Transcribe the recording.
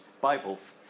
Bibles